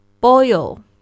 boil